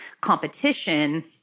competition